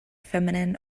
feminine